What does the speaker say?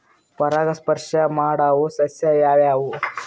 ಪರಾಗಸ್ಪರ್ಶ ಮಾಡಾವು ಸಸ್ಯ ಯಾವ್ಯಾವು?